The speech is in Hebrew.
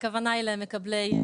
הכוונה היא למקבלי תעודות.